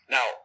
Now